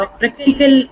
practical